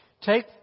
Take